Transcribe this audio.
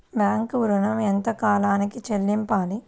Bank ఋణం ఎంత కాలానికి చెల్లింపాలి?